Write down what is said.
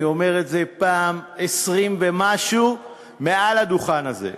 אני אומר את זה הפעם העשרים ומשהו מעל הדוכן הזה.